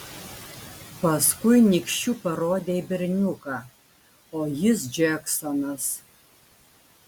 paskui nykščiu parodė į berniuką o jis džeksonas